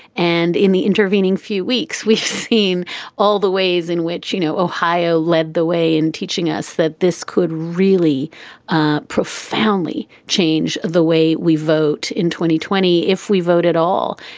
and in the intervening few weeks, we've seen all the ways in which, you know, ohio led the way in teaching us that this could really profoundly change the way we vote in. twenty twenty if we vote at all,